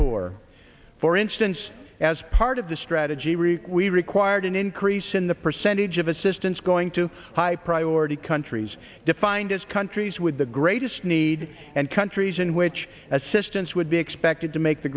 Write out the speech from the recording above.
poor for instance as part of the strategy rick we required an increase in the percentage of assistance going to high priority countries defined as countries with the greatest need and countries in which assistance would be expected to make the